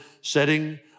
setting